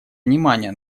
внимания